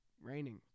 Raining